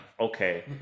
okay